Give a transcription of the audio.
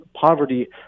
poverty